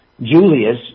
Julius